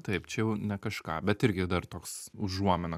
taip čia jau ne kažką bet irgi dar toks užuomina